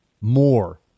more